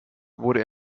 wurde